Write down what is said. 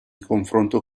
confronto